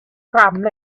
problem